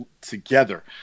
together